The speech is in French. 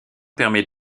permet